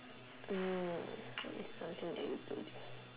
hmm what is something that you do differently